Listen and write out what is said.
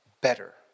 better